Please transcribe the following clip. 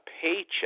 paycheck